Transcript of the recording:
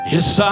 Yes